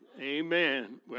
Amen